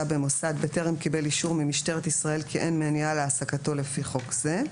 במוסד בטרם קיבל אישור ממשטרת ישראל כי אין מניעה להעסקתו לפי חוק זה.